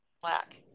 black